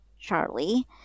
Charlie